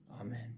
Amen